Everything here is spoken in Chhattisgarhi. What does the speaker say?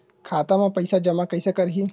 खाता म पईसा जमा कइसे करही?